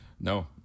No